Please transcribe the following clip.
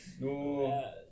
No